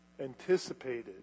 anticipated